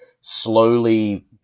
slowly